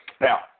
Now